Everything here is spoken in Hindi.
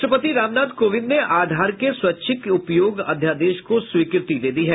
राष्ट्रपति रामनाथ कोविंद ने आधार के स्वैच्छिक उपयोग अध्यादेश को स्वीकृति दे दी है